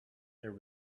there